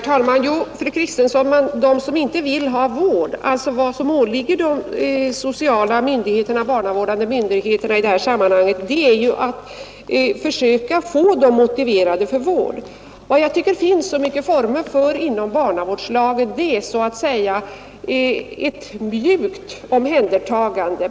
Herr talman! Vad som åligger de sociala och barnavårdande myndigheterna i detta sammanhang är, fru Kristensson, att försöka få de narkomaner motiverade för vård som inte vill ha någon vård. Och jag tycker att vi inom barnavårdslagen har många former för ett så att säga mjukt omhändertagande.